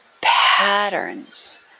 patterns